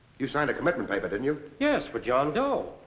you signed a commitment paper, didn't you? yes, for john doe.